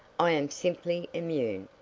i am simply immune.